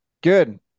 good